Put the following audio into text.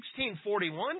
16.41